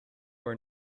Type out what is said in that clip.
were